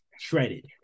shredded